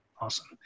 Awesome